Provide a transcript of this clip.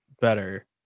better